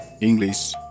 English